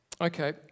Okay